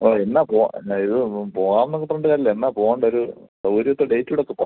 ആ എന്നാൽ പോവാം പിന്നെ ഇതൊന്നും പോവാം എന്ന് പറഞ്ഞിട്ട് കാര്യമില്ല എന്നാ പോവണ്ടൊരു സൗകര്യത്തെ ഡേറ്റെടുക്കിപ്പോൾ